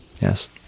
yes